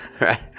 Right